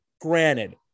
Granted